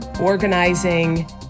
organizing